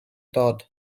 dod